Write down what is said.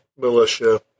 militia